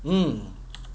mm